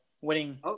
winning